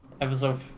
episode